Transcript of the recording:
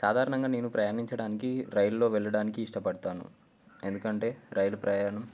సాధారణంగా నేను ప్రయాణించడానికి రైల్లో వెళ్ళడానికి ఇష్టపడతాను ఎందుకంటే రైలు ప్రయాణం